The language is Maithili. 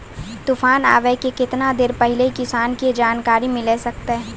तूफान आबय के केतना देर पहिले किसान के जानकारी मिले सकते?